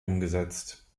umgesetzt